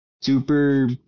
Super